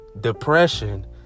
Depression